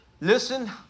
Listen